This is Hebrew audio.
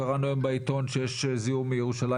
קראנו היום בעיתון שיש היום זיהום בירושלים